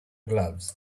gloves